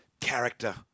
character